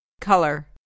Color